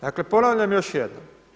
Dakle ponavljam još jednom.